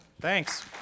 Thanks